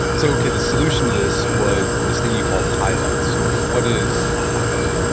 so okay, the solution to this was this thing you called highlights. so, what is a highlight?